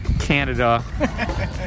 Canada